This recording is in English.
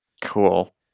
Cool